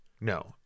No